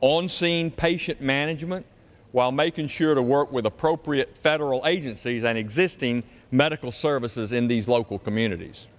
on scene patient management while making sure to work with appropriate federal agencies and existing medical services in these local communities